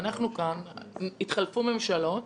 התחלפו ממשלות